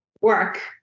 work